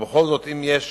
בכל זאת, אם יש